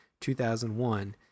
2001